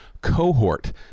cohort